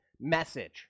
message